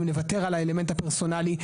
אם נוותר על האלמנט הפרסונלי.